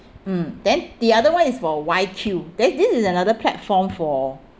mm then the other one is for why Q then this is another platform for